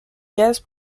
gaz